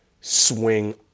swing